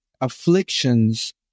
afflictions